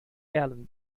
erlen